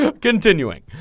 Continuing